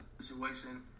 situation